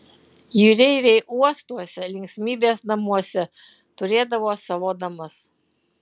jūreiviai uostuose linksmybės namuose turėdavo savo damas